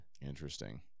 Interesting